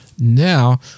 Now